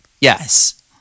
Yes